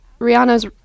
Rihanna's